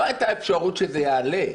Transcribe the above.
לא הייתה אפשרות שזה יעלה,